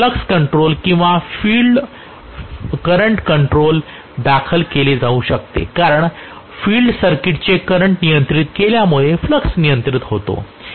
हे flux control किंवा field current control दाखल केले जाऊ शकते कारण फील्ड सर्किटचे करंट नियंत्रित केल्यामुळे फ्लक्स नियंत्रित होतो